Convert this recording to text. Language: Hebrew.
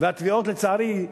והתביעות, לצערי,